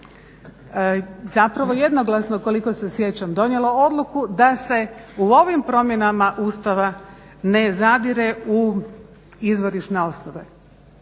zapravo jednoglasno koliko se sjećam donijelo odluku da se u ovim promjenama Ustava ne zadire u izvorišne osnove